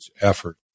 effort